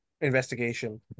investigation